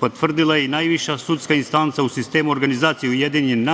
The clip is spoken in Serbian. potvrdila je i najviša sudska instanca u sistemu organizacije UN,